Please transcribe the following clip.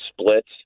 splits